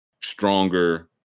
stronger